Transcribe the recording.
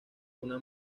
una